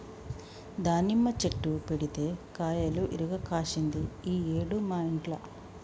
దానిమ్మ చెట్టు పెడితే కాయలు ఇరుగ కాశింది ఈ ఏడు మా ఇంట్ల